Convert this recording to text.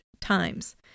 times